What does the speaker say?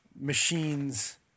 machines